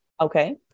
okay